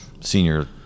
senior